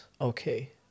okay